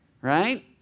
right